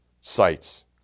sites